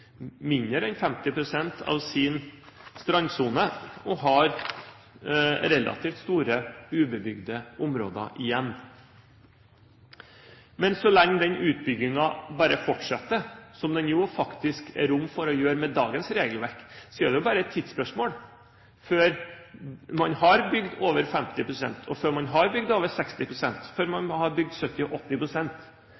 mindre enn 50 pst. av sin strandsone og har relativt store ubebygde områder igjen. Men så lenge den utbyggingen bare fortsetter, som det jo faktisk er rom for å gjøre med dagens regelverk, er det bare et tidsspørsmål før man har bygd over 50 pst., før man har bygd over 60 pst., og før man har bygd 70 og 80 pst. Så lenge man